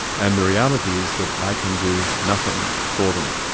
and the reality is that i can do nothing for them.